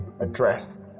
addressed